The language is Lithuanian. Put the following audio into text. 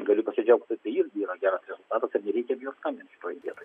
galiu pasidžiaugti kad tai irgi yra geras rezultatas ir nereikia bijot skambint šitoj vietoj